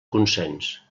consens